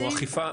(שקף: צוות אכיפה אזרחית).